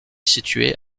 située